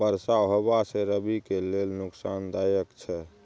बरसा होबा से रबी के लेल नुकसानदायक छैय?